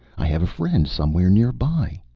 i have a friend somewhere near by